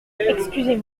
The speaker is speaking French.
excusez